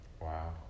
Wow